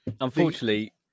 Unfortunately